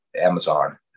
Amazon